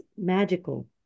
magical